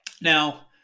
Now